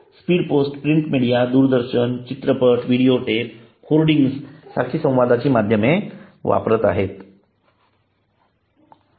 speed post print media Doordarshan चित्रपट video tape hoardings सारखी संवादाची माध्यमे वापरत आहे